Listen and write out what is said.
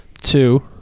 Two